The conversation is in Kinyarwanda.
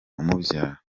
umubyara